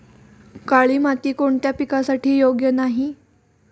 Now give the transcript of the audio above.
काळी माती कोणत्या पिकासाठी योग्य नाही?